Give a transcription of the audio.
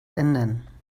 ändern